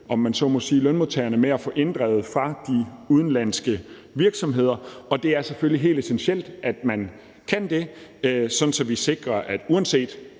fonden her hjælpe lønmodtagerne med at få det inddrevet fra de udenlandske virksomheder, og det er selvfølgelig helt essentielt, at man kan det, sådan at vi sikrer, uanset